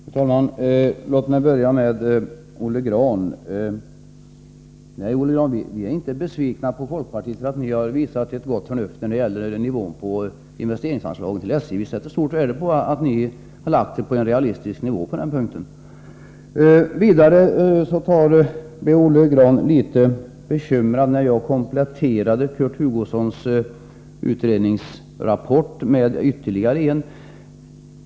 Fru talman! Låt mig börja med Olle Grahn. Nej, vi är inte besvikna på er i folkpartiet för att ni har visat gott omdöme när det gäller nivån på investeringsanslaget till SJ. Vi sätter stort värde på att ni har inriktat er på en realistisk nivå för det anslaget. Olle Grahn blev litet bekymrad när jag kompletterade Kurt Hugossons utredningsrapport med ytterligare en.